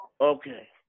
Okay